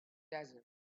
desert